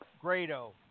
Grado